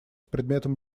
предметом